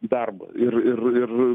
darbo ir ir ir